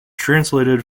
translated